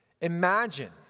Imagine